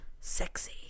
Sexy